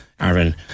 Aaron